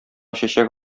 чәчәк